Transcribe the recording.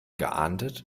geahndet